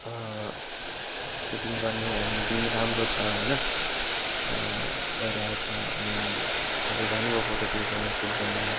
shooting गर्ने अनि दिन राम्रो छ होइन भइरहेछ अनि तपाईँ जानुभयो फोटो क्लिक गर्नुभयो सुट गर्नुभयो